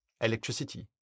electricity